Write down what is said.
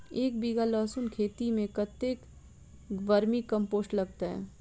एक बीघा लहसून खेती मे कतेक बर्मी कम्पोस्ट लागतै?